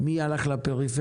מי הלך לפריפריה?